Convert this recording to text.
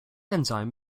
enzyme